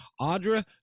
Audra